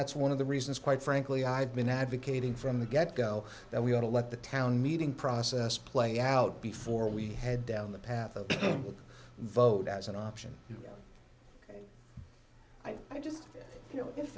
that's one of the reasons quite frankly i've been advocating from the get go that we ought to let the town meeting process play out before we head down the path of the vote as an option i just you know if